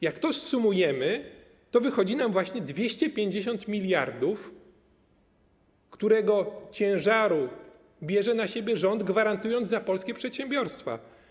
Jak to zsumujemy, to wychodzi nam właśnie 250 mld, który to ciężar bierze na siebie rząd, gwarantując za polskie przedsiębiorstwa.